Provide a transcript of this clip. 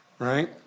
Right